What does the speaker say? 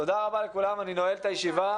תודה רבה לכולם, אני נועל את הישיבה.